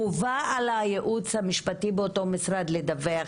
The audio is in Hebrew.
חובה על הייעוץ המשפטי באותו משרד לדווח